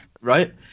Right